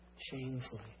shamefully